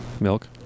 milk